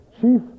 chief